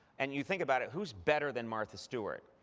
and you think about it, who's better than martha stewart?